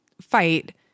fight